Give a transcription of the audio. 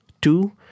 Two